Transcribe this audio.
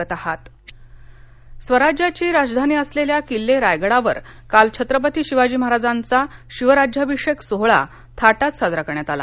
शिवराज्याभिषेक दिन स्वराज्याची राजधानी असलेल्या किल्ले रायगडावर काल छत्रपती शिवाजी महाराजांचा शिवराज्याभिषेक सोहळा थाटात साजरा करण्यात आला